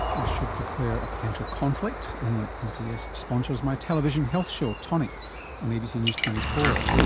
i should declare a potential conflict in that nps sponsors my television health show, tonic on abc news twenty four.